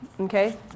okay